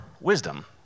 wisdom